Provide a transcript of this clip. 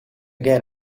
get